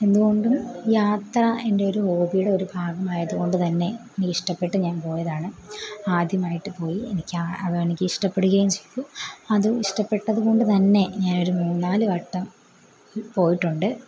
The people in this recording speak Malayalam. എന്തുകൊണ്ടും യാത്ര എൻ്റെ ഒരു ഹോബിയു ഒരു ഭാഗമായത് കൊണ്ട് തന്നെ ഇഷ്ടപ്പെട്ട് ഞാൻ പോയതാണ് ആദ്യമായിട്ട് പോയി എനിക്ക് അതെനിക്ക് ഇഷ്ടപ്പെടുകയും ചെയ്തു അതും ഇഷ്ടപ്പെട്ടത് കൊണ്ട് തന്നെ ഞാനൊരു മൂന്നാല് വട്ടം പോയിട്ടുണ്ട്